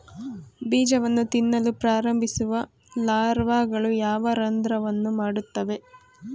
ಬೀಜವನ್ನು ತಿನ್ನಲು ಪ್ರಾರಂಭಿಸುವ ಲಾರ್ವಾಗಳು ಯಾವ ರಂಧ್ರವನ್ನು ಮಾಡುತ್ತವೆ?